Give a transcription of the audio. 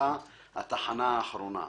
״התחנה האחרונה״.